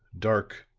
dark,